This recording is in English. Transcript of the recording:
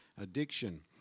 addiction